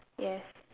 yes